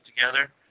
together